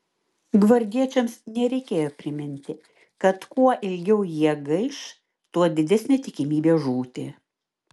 gvardiečiams nereikėjo priminti kad kuo ilgiau jie gaiš tuo didesnė tikimybė žūti